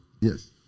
Yes